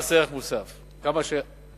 מס ערך מוסף, כמה שחשבתם